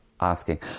asking